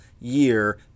year